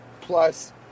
Plus